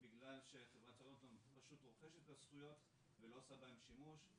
בגלל שחברת צ'רלטון פשוט רוכשת את הזכויות ולא עושה בהן שימוש.